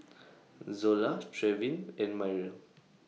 Zola Trevin and Myrl